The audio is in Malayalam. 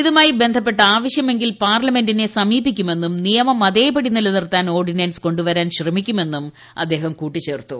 ഇതുമായി ബന്ധപ്പെട്ട് ആവശ്യമെങ്കിൽ പാർലമെന്റിനെ സമീപിക്കുമെന്നും നിയമം അതേപടി നിലനിർത്താൻ ഓർഡിനൻസ് കൊ ു വരാൻ ശ്രമിക്കുമെന്നും അദ്ദേഹം കൂട്ടിച്ചേർത്തു